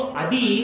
adi